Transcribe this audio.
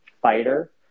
fighter